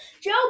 Joe